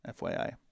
FYI